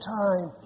time